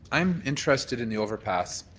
i'm interested in the overpass,